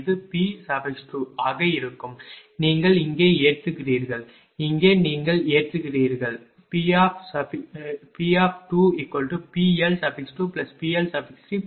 இது P2 ஆக இருக்கும் நீங்கள் இங்கே ஏற்றுகிறீர்கள் இங்கே நீங்கள் ஏற்றுகிறீர்கள் P2PL2PL3PL4